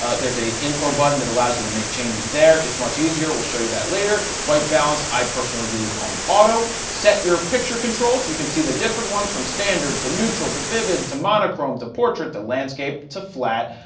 ah there's a info button that allows you to make changes there. it's much easier. we'll show you that later. white balance, i personally leave on auto. set your picture controls. you can see the different ones from standard to neutral to vivid to monochrome to portrait to landscape to flat.